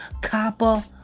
copper